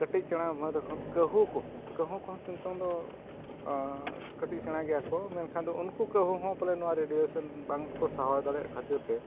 ᱠᱟᱹᱴᱤᱡ ᱪᱮᱬᱮ ᱠᱟᱺᱦᱩ ᱠᱚᱦᱚᱸ ᱠᱟᱺᱦᱩ ᱠᱚᱦᱚᱸ ᱱᱤᱛᱳᱜ ᱫᱚ ᱠᱟᱹᱴᱤᱡ ᱥᱮᱬᱟ ᱜᱮᱭᱟ ᱠᱚ ᱢᱮᱱᱠᱷᱟᱱ ᱫᱚ ᱩᱱᱠᱩ ᱠᱟᱺᱦᱩ ᱦᱚᱸ ᱯᱟᱞᱮᱱ ᱱᱚᱣᱟ ᱨᱮᱰᱤᱭᱮᱥᱮᱱ ᱵᱟᱝ ᱠᱚ ᱥᱟᱦᱟᱣ ᱫᱟᱲᱮᱭᱟᱜ ᱠᱷᱟᱹᱛᱤᱨ ᱛᱮ